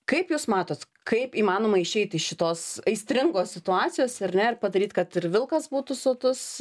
kaip jūs matot kaip įmanoma išeit iš šitos aistringos situacijos ar ne ir padaryt kad ir vilkas būtų sotus